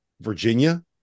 Virginia